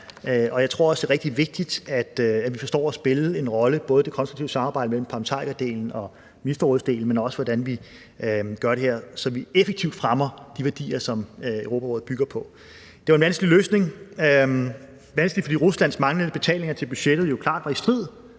Jeg tror også, det er rigtig vigtigt, at vi forstår at spille en rolle, både i det konstruktive samarbejde mellem parlamentarikerdelen og Ministerrådsdelen, men også i forhold til, hvordan vi gør det her, så vi effektivt fremmer de værdier, som Europarådet bygger på. Kl. 12:11 Det var en vanskelig løsning. Vanskelig, fordi Ruslands manglende betalinger til budgettet jo klart